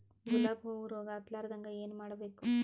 ಗುಲಾಬ್ ಹೂವು ರೋಗ ಹತ್ತಲಾರದಂಗ ಏನು ಮಾಡಬೇಕು?